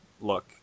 look